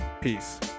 Peace